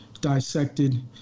dissected